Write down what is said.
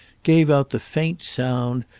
gave out the faint sound,